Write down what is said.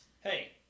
hey